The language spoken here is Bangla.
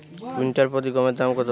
কুইন্টাল প্রতি গমের দাম কত?